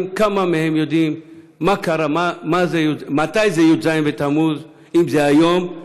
כמה מהם יודעים מתי זה י"ז בתמוז, זה היום,